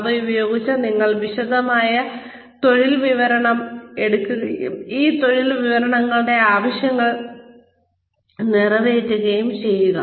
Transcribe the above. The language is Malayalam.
അവ ഉപയോഗിച്ച് നിങ്ങൾ വിശദമായ തൊഴിൽ വിവരണം എടുക്കുകയും ഈ തൊഴിൽ വിവരണങ്ങളുടെ ആവശ്യങ്ങൾ നിറവേറ്റുകയും ചെയ്യുക